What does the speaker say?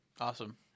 Awesome